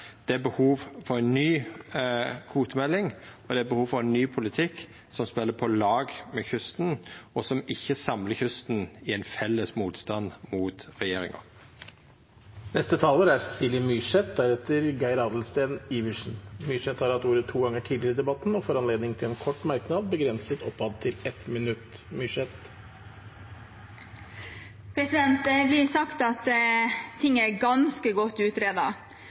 Det er behov for ei ny kvotemelding, og det er behov for ein ny politikk, som spelar på lag med kysten, og som ikkje samlar kysten i ein felles motstand mot regjeringa. Representanten Cecilie Myrseth har hatt ordet to ganger tidligere i debatten og får ordet til en kort merknad, begrenset til 1 minutt. Det blir sagt at ting er ganske godt